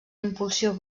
impulsió